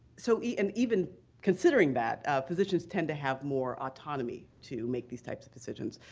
so even even considering that, physicians tend to have more autonomy to make these types of decisions.